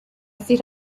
set